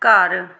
ਘਰ